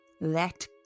Let